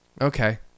okay